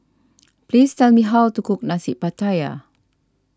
please tell me how to cook Nasi Pattaya